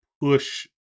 push